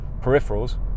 peripherals